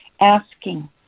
asking